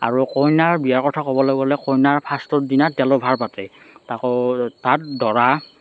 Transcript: আৰু কইনাৰ বিয়াৰ কথা ক'বলৈ গ'লে কইনাৰ ফাষ্টৰ দিনা তেলভাৰ পাতে তাত দৰা